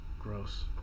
gross